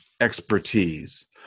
expertise